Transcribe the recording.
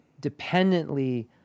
dependently